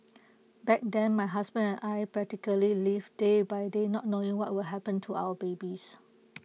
back then my husband and I practically lived day by day not knowing what will happen to our babies